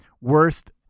worst